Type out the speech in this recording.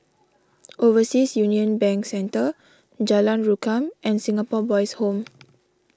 Overseas Union Bank Centre Jalan Rukam and Singapore Boys' Home